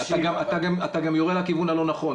אתה גם יורה לכיוון הלא נכון.